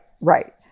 Right